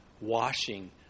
washing